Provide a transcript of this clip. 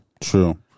true